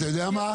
אתה יודע מה?